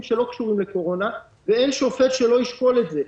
שלא קשורים לקורונה ואין שופט שלא ישקול את זה.